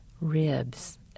ribs